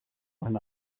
when